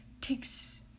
takes